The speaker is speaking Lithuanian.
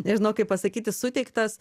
nežinau kaip pasakyti suteiktas